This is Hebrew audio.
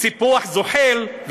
סיפוח זוחל,